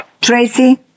Tracy